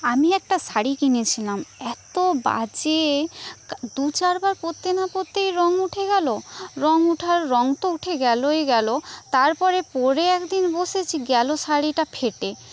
আমি একটা শাড়ি কিনেছিলাম এতো বাজে দু চার বার পরতে না পরতেই রং উঠে গেলো রং ওঠার রং তো উঠে গেলই গেলো তারপর পরে একদিন বসেছি গেলো শাড়িটা ফেটে